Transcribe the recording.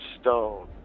stone